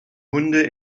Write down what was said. hunde